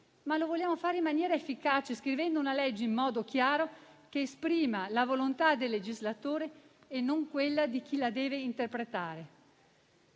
ma lo vogliamo fare in maniera efficace, scrivendo una legge in modo chiaro, che esprima la volontà del legislatore e non quella di chi la deve interpretare.